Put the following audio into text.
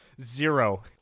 Zero